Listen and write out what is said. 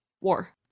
War